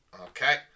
Okay